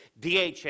DHA